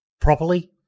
properly